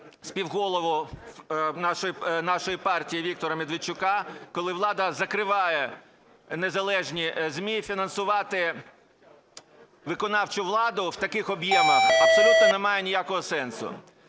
співголову нашої партії Віктора Медведчука, коли влада закриває незалежні ЗМІ, фінансувати виконавчу владу в таких об'ємах абсолютно немає ніякого сенсу.